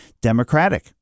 Democratic